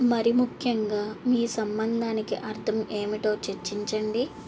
మరి ముఖ్యంగా మీ సంబంధానికి అర్థం ఏమిటో చర్చించండి